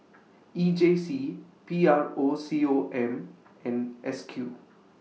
E J C P R O C O M and S Q